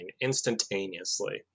instantaneously